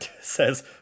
says